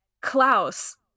Klaus